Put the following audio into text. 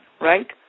right